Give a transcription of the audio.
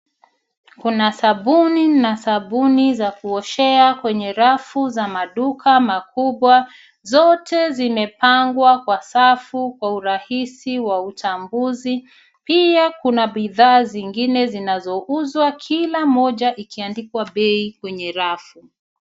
Kuna sabuni na sabuni za kuoshea kwenye rafu za maduka makubwa. Zote zimepangwa kwa safu kwa urahisi wa uchambuzi. Pia kuna bidhaa zingine zinazouzwa kila moja ikiandikwa bei kwenye rafu.